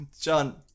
John